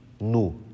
No